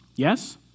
Yes